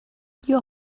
your